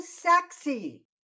sexy